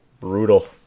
brutal